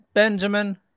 Benjamin